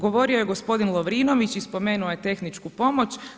Govorio je gospodin Lovrinović i spomenuo je tehničku pomoć.